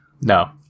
No